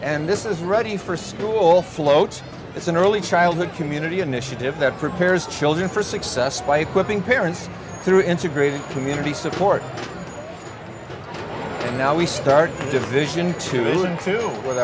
and this is ready for school floats it's an early childhood community initiative that prepares children for success by putting parents through integrated community support and now we start division two into with